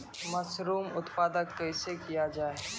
Mushroom उत्पादन कैसे किया जाय?